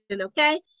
okay